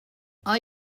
are